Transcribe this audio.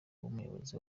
umuyobozi